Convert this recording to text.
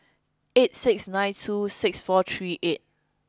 eight six nine two six four three eight